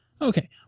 Okay